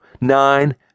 Nine